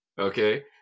okay